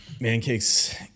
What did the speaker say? Mancake's